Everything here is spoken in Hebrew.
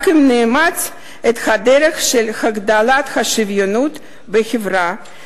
רק אם נאמץ את הדרך של הגדלת השוויוניות בחברה.